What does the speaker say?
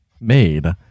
made